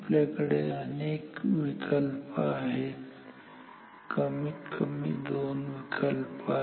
आपल्याकडे अनेक विकल्प आहेत कमीत कमी दोन विकल्प आहेत